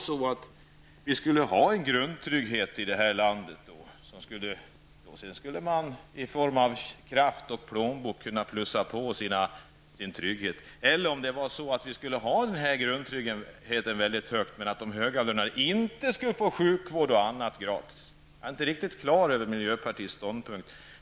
Skall vi ha en grundtrygghet, varefter man i kraft av plånbok skall kunna plussa på sin trygghet? Eller skall vi ha en mycket hög grundtrygghet samtidigt som de högavlönade inte får sjukvård och annat gratis? Jag blev inte riktigt på det klara med miljöpartiets ståndpunkt.